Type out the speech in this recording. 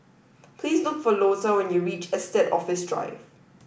please look for Lota when you reach Estate Office Drive